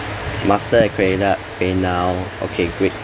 Master and credit card paynow okay great